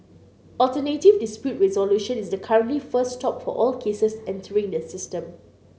alternative dispute resolution is the currently first stop for all cases entering the system